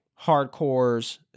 hardcores